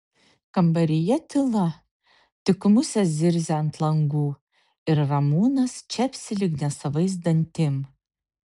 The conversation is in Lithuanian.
kambaryje tyla tik musės zirzia ant langų ir ramūnas čepsi lyg nesavais dantim